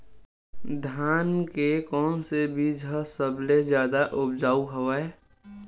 धान के कोन से बीज ह सबले जादा ऊपजाऊ हवय?